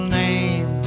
name